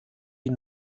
die